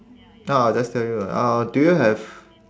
ah I'll just tell you lah uh do you have